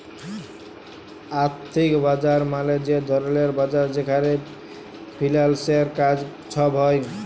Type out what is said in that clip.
আথ্থিক বাজার মালে যে ধরলের বাজার যেখালে ফিল্যালসের কাজ ছব হ্যয়